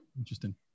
Interesting